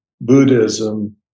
Buddhism